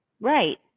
Right